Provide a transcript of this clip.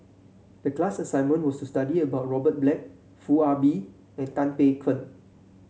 the class assignment was to study about Robert Black Foo Ah Bee and Tan Paey Fern